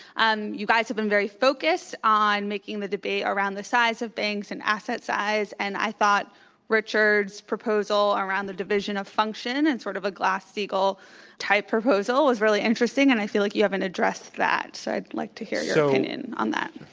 um you guys have been very focused on making the debate around the size of things and asset size, and i thought richard's proposal around the division of function and sort of a glass-steagall type proposal is really interesting, and i feel like you haven't addressed that, so i'd like to hear so your opinion on that.